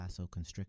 vasoconstrictor